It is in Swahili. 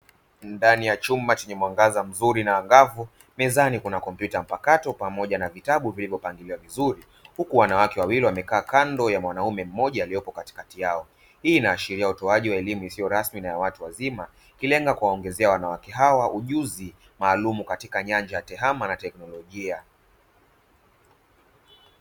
Ndani ya chumba chenye mwangaza mzuri na angavu, mezani kuna kompyuta mpakato pamoja na vitabu vilivyopangiliwa vizuri, huku wanawake wawili wamekaa kando ya mwanaume mmoja aliyepo katikati yao. Hii inaashiria utoaji wa elimu isiyo rasmi na ya watu wazima, ikilenga kuwaongezea wanawake hawa ujuzi maalumu katika nyanja ya tehama na teknolojia.